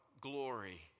glory